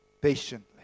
patiently